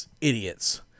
Idiots